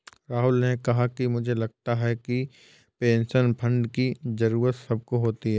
राहुल ने कहा कि मुझे लगता है कि पेंशन फण्ड की जरूरत सबको होती है